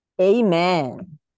Amen